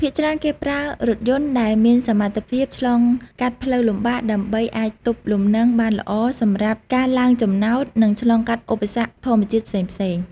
ភាគច្រើនគេប្រើរថយន្តដែលមានសមត្ថភាពឆ្លងកាត់ផ្លូវលំបាក ដើម្បីអាចទប់លំនឹងបានល្អសម្រាប់ការឡើងចំណោត និងឆ្លងកាត់ឧបសគ្គធម្មជាតិផ្សេងៗ។